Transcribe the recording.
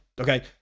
okay